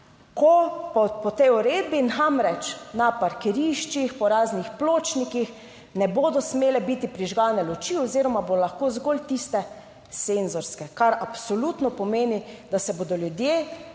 Ko po tej uredbi namreč na parkiriščih, po raznih pločnikih ne bodo smele biti prižgane luči oziroma bo lahko zgolj tiste senzorske, kar absolutno pomeni, da se bodo ljudje